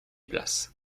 places